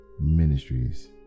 Ministries